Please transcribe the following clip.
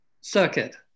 circuit